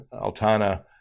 Altana